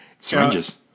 Syringes